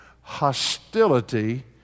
hostility